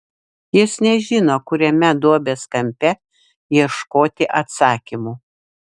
jis nežino kuriame duobės kampe ieškoti atsakymų